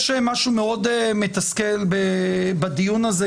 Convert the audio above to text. יש משהו מאוד מתסכל בדיון הזה,